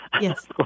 Yes